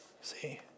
See